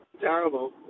terrible